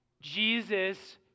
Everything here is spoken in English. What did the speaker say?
Jesus